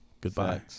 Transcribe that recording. Goodbye